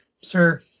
sir